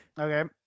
Okay